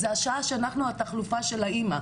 זו השעה שאנחנו התחלופה של האמא,